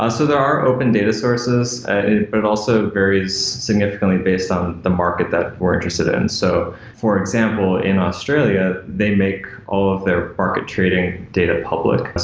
ah so there are open data sources, but it also varies significantly based on the market that we're interested in. so for example, in australia, they make all of their market trading data public.